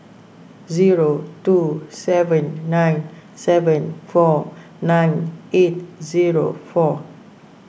zero two seven nine seven four nine eight zero four